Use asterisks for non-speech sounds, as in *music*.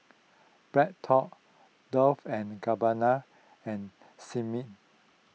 BreadTalk Dolce and Gabbana and *unintelligible*